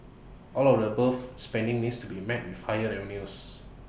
all of the above spending needs to be met with higher revenues